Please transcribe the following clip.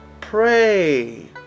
pray